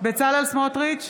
בצלאל סמוטריץ'